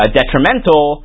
detrimental